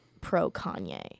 pro-Kanye